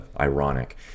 ironic